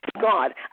God